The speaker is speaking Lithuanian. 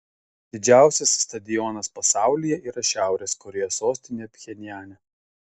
didžiausias stadionas pasaulyje yra šiaurės korėjos sostinėje pchenjane